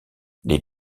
les